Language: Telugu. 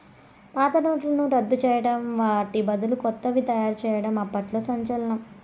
పాత నోట్లను రద్దు చేయడం వాటి బదులు కొత్తవి తయారు చేయడం అప్పట్లో సంచలనం